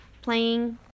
playing